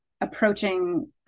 Approaching